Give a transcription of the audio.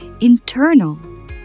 Internal